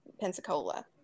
Pensacola